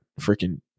freaking